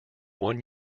one